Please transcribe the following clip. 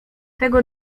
tego